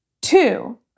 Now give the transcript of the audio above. Two